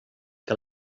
que